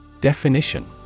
Definition